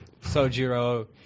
Sojiro